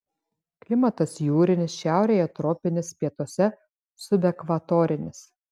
klimatas jūrinis šiaurėje tropinis pietuose subekvatorinis